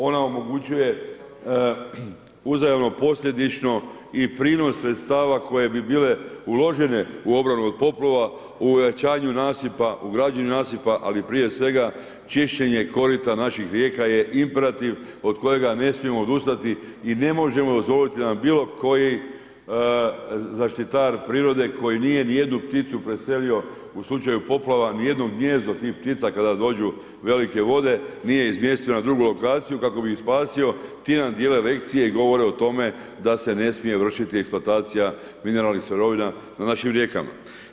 Ona omogućuje uzajamno posljedično i prinos sredstava koje bi bile uložene u obranu od poplava u … nasipa, u građenju nasipa ali prije svega čišćenje korita naših rijeka je imperativ od kojega ne smijemo odustati i ne možemo dozvoliti da nam bilo koji zaštitar prirode koji nije ni jednu pticu preselio u slučaju poplava, ni jedno gnijezdo tih ptica kada dođu velike vode, nije izmjestio na drugu lokaciju kako bi ih spasio, ti nam dijele lekcije i govore o tome da se ne smije vršiti eksploatacija mineralnih sirovina na našim rijekama.